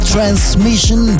Transmission